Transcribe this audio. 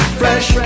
fresh